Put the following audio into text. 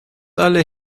alle